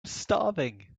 starving